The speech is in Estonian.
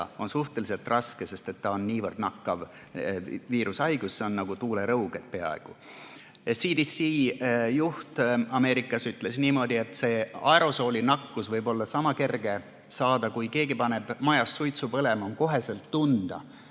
on suhteliselt raske, sest see on ülinakkav viirushaigus, peaaegu nagu tuulerõuged. CDC juht Ameerikas ütles niimoodi, et seda aerosoolnakkust võib olla sama kerge saada, kui keegi paneb majas suitsu põlema ja kohe on tunda